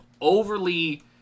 overly